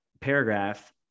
paragraph